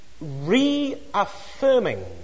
reaffirming